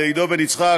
עידו בן יצחק,